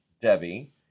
debbie